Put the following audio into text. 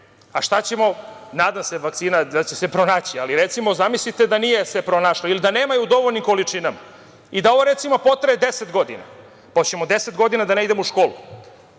šta ćemo, nadam se vakcina da će se pronaći, ali, recimo, zamislite da nije se pronašla ili da je nema u dovoljnim količinima i da ovo, recimo, potraje 10 godina, pa hoćemo li 10 godina da ne idemo u školu?